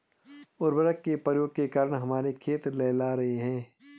उर्वरक के प्रयोग के कारण हमारे खेत लहलहा रहे हैं